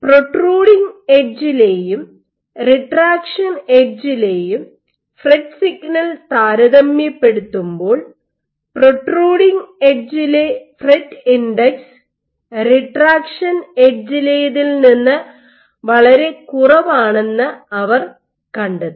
protruding എഡ്ജിലെയും retraction എഡ്ജിലെയും FRET signal താരതമ്യപ്പെടുത്തുമ്പോൾ പ്രൊട്രൂഡിങ് എഡ്ജിലെ ഫ്രെറ്റ് ഇൻഡെക്സ് റിട്രാക്ഷൻ എഡ്ജിലെതിൽ നിന്ന് വളരെ കുറവാണെന്ന് അവർ കണ്ടെത്തി